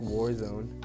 Warzone